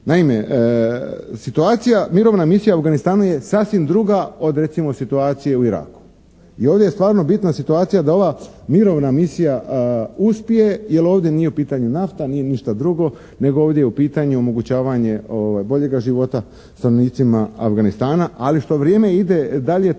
Naime, situacija mirovna misija u Afganistanu je sasvim druga od recimo situacije u Iraku i ovdje je stvarno bitna situacija da ova mirovna misija uspije jer ovdje nije u pitanju nafta, nije ništa drugo nego ovdje je u pitanju omogućavanje boljega života stanovnicima Afganistana. Ali što vrijeme ide dalje to